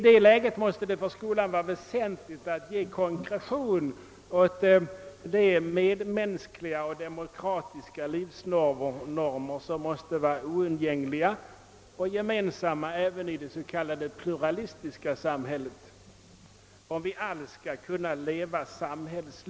Det är alltså väsentligt för skolan att ge konkretion åt de medmänskliga och demokratiska livsnormer som måste vara oundgängliga och gemensamma även i det s.k. pluralistiska samhället om vi alls skall kunna leva samhällsliv.